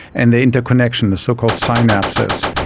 and the interconnections, the so-called synapses.